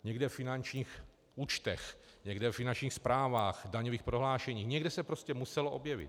Někde ve finančních účtech, někde ve finančních zprávách, daňových prohlášeních, někde se prostě muselo objevit.